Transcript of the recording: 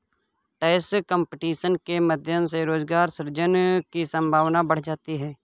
tax competition के माध्यम से रोजगार सृजन की संभावना बढ़ जाती है